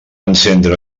encendre